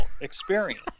experience